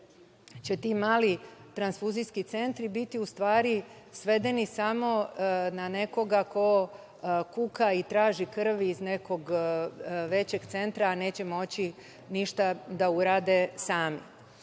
će ti mali transfuzijski centri biti u stvari svedeni samo na nekoga ko kuka i traži krv iz nekog većeg centra, a neće ništa moći da urade